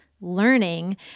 learning